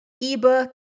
ebook